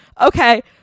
okay